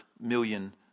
million